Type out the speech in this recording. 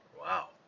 Wow